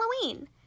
Halloween